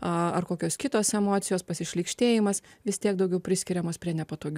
ar kokios kitos emocijos pasišlykštėjimas vis tiek daugiau priskiriamos prie nepatogių